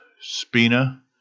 spina